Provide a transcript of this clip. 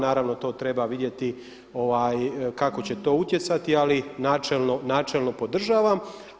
Naravno to treba vidjeti kako će to utjecati, ali načelno podržavam.